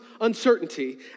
uncertainty